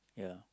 yeah